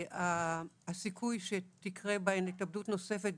הסיכוי שתקרה בהן התאבדות נוספת,